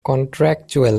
contractual